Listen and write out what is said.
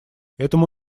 этому